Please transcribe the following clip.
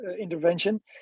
intervention